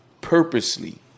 purposely